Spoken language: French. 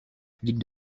public